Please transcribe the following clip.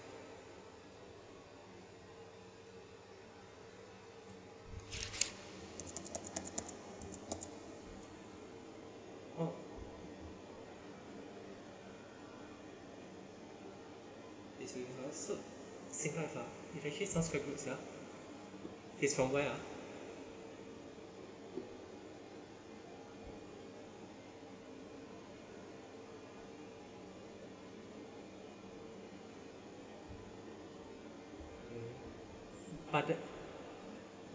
oh it's Singlife ah actually it sounds quite good sia it's from where ah but the